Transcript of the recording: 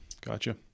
gotcha